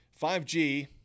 5G